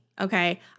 okay